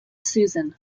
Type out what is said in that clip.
suzanne